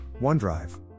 OneDrive